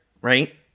right